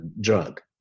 drug